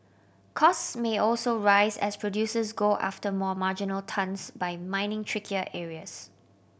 costs may also rise as producers go after more marginal tons by mining trickier areas